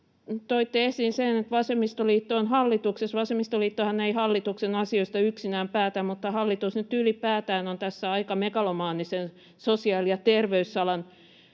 toitte esiin sen, että vasemmistoliitto on hallituksessa, niin vasemmistoliittohan ei hallituksen asioista yksinään päätä, mutta hallitus nyt ylipäätään on tässä aika megalomaanisen sosiaali- ja terveysalan